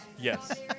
Yes